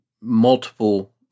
multiple